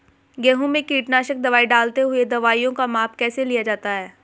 गेहूँ में कीटनाशक दवाई डालते हुऐ दवाईयों का माप कैसे लिया जाता है?